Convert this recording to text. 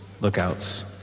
lookouts